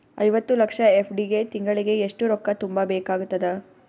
ಐವತ್ತು ಲಕ್ಷ ಎಫ್.ಡಿ ಗೆ ತಿಂಗಳಿಗೆ ಎಷ್ಟು ರೊಕ್ಕ ತುಂಬಾ ಬೇಕಾಗತದ?